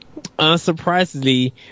unsurprisingly